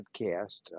podcast